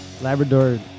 Labrador